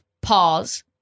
Pause